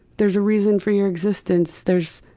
there's a reason for your existence. there's,